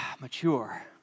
Mature